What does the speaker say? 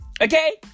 Okay